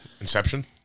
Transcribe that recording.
Inception